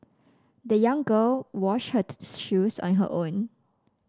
the young girl washed her shoes on her own